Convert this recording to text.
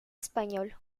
español